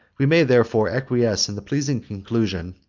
we may therefore acquiesce in the pleasing conclusion,